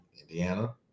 Indiana